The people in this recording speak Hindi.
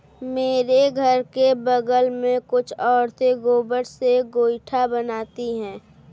मेरे घर के बगल में कुछ औरतें गोबर से गोइठा बनाती है